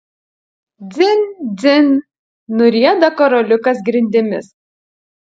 dzin dzin nurieda karoliukas grindimis